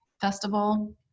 Festival